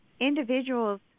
Individuals